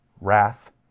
wrath